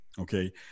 okay